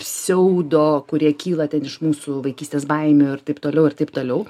pseudo kurie kyla ten iš mūsų vaikystės baimių ir taip toliau ir taip toliau